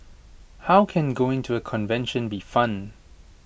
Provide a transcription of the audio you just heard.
how can going to A convention be fun